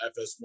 FS1